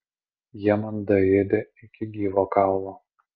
jie man daėdė iki gyvo kaulo